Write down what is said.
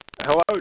Hello